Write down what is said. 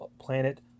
Planet